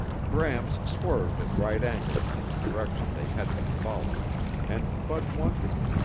gramps swerved at right angles to the direction they had been following and bud wondered.